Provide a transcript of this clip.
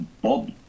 Bob